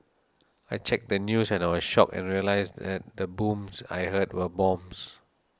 I checked the news and I was shocked and realised that the booms I heard were bombs